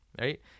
Right